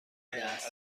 است